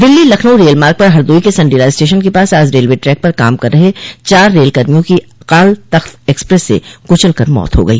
दिल्ली लखनऊ रेलमार्ग पर हरदोई के संडीला स्टेशन के पास आज रेलवे ट्रैक पर काम कर रहे चार रेल कर्मियों की अकालतख्त एक्सपस से कुचल कर मौत हो गई